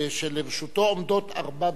שלרשותו עומדות ארבע דקות.